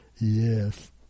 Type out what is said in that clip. Yes